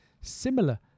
similar